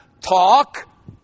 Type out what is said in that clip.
talk